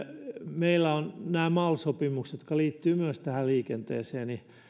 meillä on nämä mal sopimukset jotka liittyvät myös liikenteeseen